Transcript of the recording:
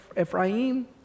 Ephraim